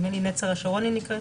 נדמה לי נצר השרון היא נקראת.